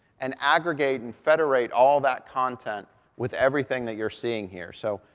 and aggregate and federate all that content with everything that you're seeing here. so,